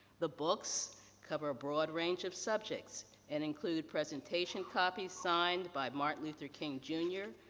the books cover a broad range of subjects and include presentation copies signed by martin luther king junior,